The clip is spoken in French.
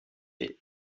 est